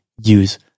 use